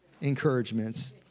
encouragements